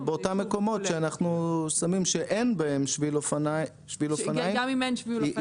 באותם מקומות שאין בהם שביל אופניים -- גם אם אין שביל אופניים